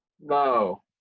No